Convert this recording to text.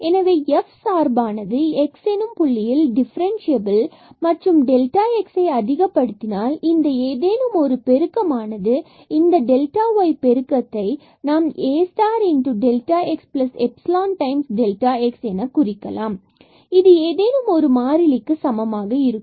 எனவே f சார்பானது x எனும் புள்ளியில் டிஃபரன்ஸ்சியபில் மற்றும் xஐ அதிகப்படுத்தினால் இந்த ஏதேனும் ஒரு பெருக்கம் ஆனது மற்றும் இந்த yபெருக்கத்தை இவ்வாறு Ax epsilon times x எனக் குறிக்கலாம் இது ஏதேனும் ஒரு மாறிலிக்கு சமமாக இருக்கும்